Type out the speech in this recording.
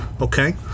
Okay